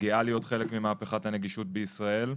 גאה להיות חלק ממהפכת הנגישות בישראל.